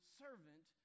servant